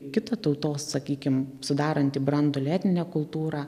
kitą tautos sakykim sudarantį branduolį etninę kultūrą